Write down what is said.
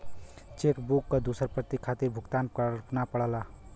check book क दूसर प्रति खातिर भुगतान करना पड़ला